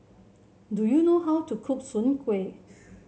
do you know how to cook Soon Kway